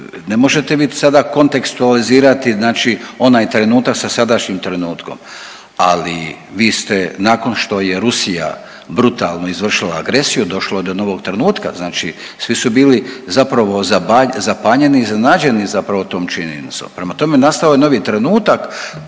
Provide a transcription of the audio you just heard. ne možete vi sada kontekstualizirati znači onaj trenutak sa sadašnjim trenutkom. Ali vi ste nakon što je Rusija brutalno izvršila agresiju došlo je do novog trenutka. Znači svi su bili zapravo zapanjeni, iznenađeni zapravo tom činjenicom. Prema tome, nastao je novi trenutak